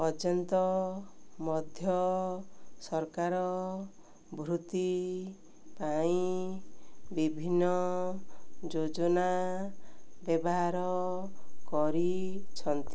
ପର୍ଯ୍ୟନ୍ତ ମଧ୍ୟ ସରକାର ବୃତ୍ତି ପାଇଁ ବିଭିନ୍ନ ଯୋଜନା ବ୍ୟବହାର କରିଛନ୍ତି